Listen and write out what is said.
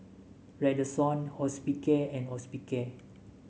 Redoxon Hospicare and Hospicare